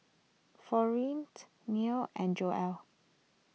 Florine's Neil and Joel